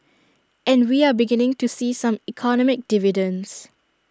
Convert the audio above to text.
and we are beginning to see some economic dividends